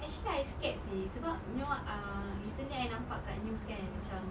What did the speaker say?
actually I scared seh sebab you know uh recently I nampak kat news kan macam